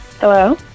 Hello